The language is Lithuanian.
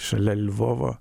šalia lvovo